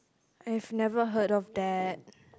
I've never heard of that